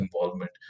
involvement